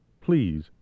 Please